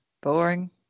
boring